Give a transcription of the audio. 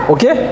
Okay